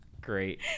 Great